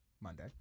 Monday